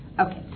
okay